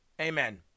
Amen